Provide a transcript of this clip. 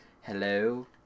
hello